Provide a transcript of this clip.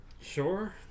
Sure